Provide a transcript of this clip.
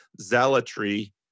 zealotry